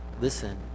listen